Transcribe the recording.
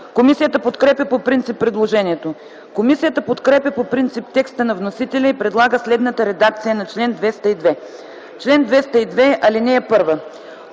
Комисията подкрепя по принцип предложението. Комисията подкрепя по принцип текста на вносителя и предлага следната редакция на чл. 204: „Чл. 204.